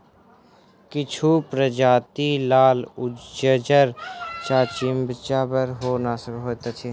किछु प्रजाति लाल, उज्जर आ चितकाबर सेहो होइत छैक